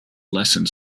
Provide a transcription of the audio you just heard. lessons